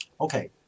Okay